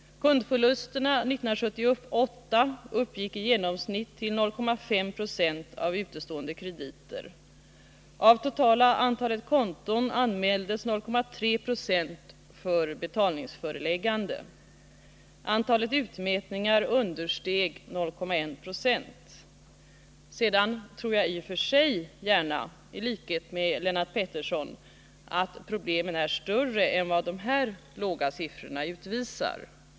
Kundförlusterna uppgick 1978 i genomsnitt till 0,5 90 av utestående krediter. Det var 0,3 960 av det totala antalet konton som anmäldes för betalningsföreläggande. Antalet utmätningar understeg 0,1 20. Sedan tror jag i och för sig, i likhet med Lennart Pettersson, att problemen är större än vad dessa låga siffror utvisar.